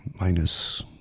minus